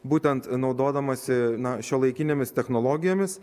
būtent naudodamasi šiuolaikinėmis technologijomis